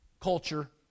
culture